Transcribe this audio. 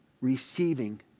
receiving